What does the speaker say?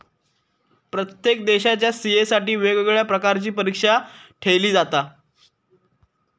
प्रत्येक देशाच्या सी.ए साठी वेगवेगळ्या प्रकारची परीक्षा ठेयली जाता